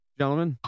gentlemen